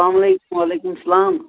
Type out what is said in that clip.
سلام علیکُم وعلیکُم سلام